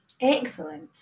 Excellent